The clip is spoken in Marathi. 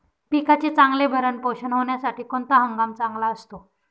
पिकाचे चांगले भरण पोषण होण्यासाठी कोणता हंगाम चांगला असतो?